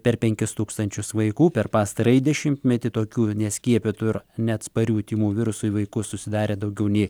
per penkis tūkstančius vaikų per pastarąjį dešimtmetį tokių neskiepytų ir neatsparių tymų virusui vaikų susidarė daugiau nei